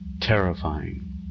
terrifying